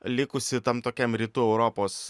likusi tam tokiam rytų europos